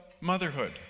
motherhood